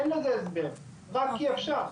אין לזה הסבר, רק כי אפשר.